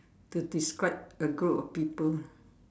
to describe a group of people